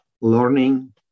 learning